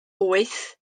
wyth